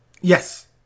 Yes